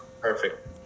Perfect